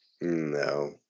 no